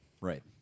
Right